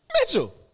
Mitchell